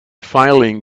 filing